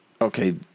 okay